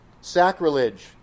Sacrilege